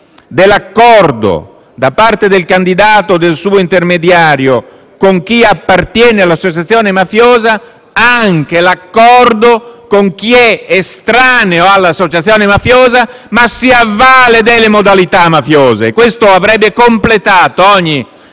dell'accordo da parte del candidato o del suo intermediario con chi appartiene all'associazione mafiosa, anche l'accordo con chi è estraneo all'associazione mafiosa, ma si avvale delle modalità mafiose. Questo avrebbe evitato ogni